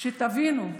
שתבינו,